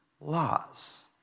laws